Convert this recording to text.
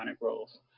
roles